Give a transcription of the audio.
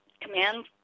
command